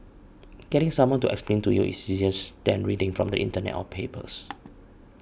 getting someone to explain to you is easier than reading from the internet or papers